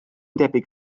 debyg